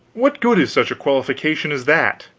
what good is such a qualification as that?